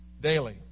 Daily